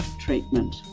treatment